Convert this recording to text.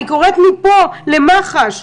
אני קוראת מפה למח"ש,